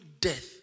death